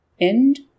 End